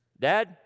Dad